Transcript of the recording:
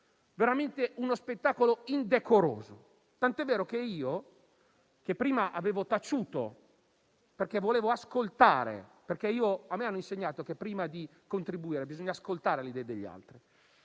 veramente uno spettacolo indecoroso, tant'è vero che io, che prima avevo taciuto perché volevo ascoltare - mi hanno infatti insegnato che prima di contribuire, bisogna ascoltare le idee degli altri